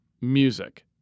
music